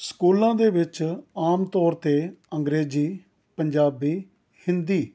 ਸਕੂਲਾਂ ਦੇ ਵਿੱਚ ਆਮ ਤੌਰ 'ਤੇ ਅੰਗਰੇਜ਼ੀ ਪੰਜਾਬੀ ਹਿੰਦੀ